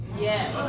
Yes